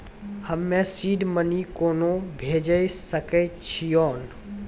हम्मे seed money कोना भेजी सकै छिओंन